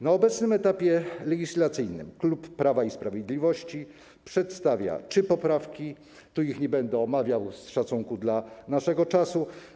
Na obecnym etapie legislacyjnym klub Prawa i Sprawiedliwości przedstawia trzy poprawki, nie będę ich omawiał z szacunku dla naszego czasu.